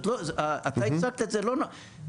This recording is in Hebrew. אתה הצגת את זה לא נכון.